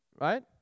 right